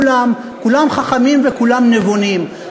כולם חכמים וכולם נבונים,